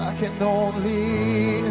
ah can only